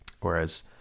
whereas